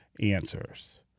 answers